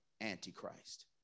Antichrist